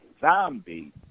zombie